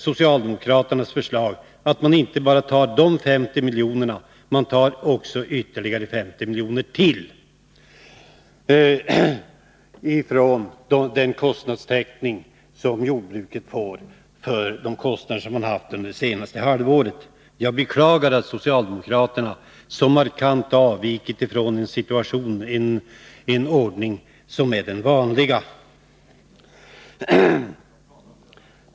Socialdemokraternas förslag innebär att man tar inte bara dessa 50 miljoner utan ytterligare 50 miljoner från den kostnadstäckning som jordbruket får för de kostnader som varit under senaste halvåret. Jag beklagar att socialdemokraterna så markant har avvikit från den ordning som är den vanliga.